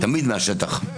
תמיד מהשטח.